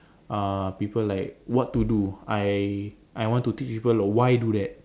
uh people like what to do I I want to teach people why do that